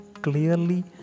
Clearly